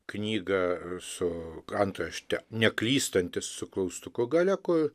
knygą su antrašte neklystantis su klaustuku gale kur